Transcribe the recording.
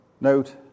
Note